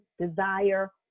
desire